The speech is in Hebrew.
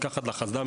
לקחת לחץ דם,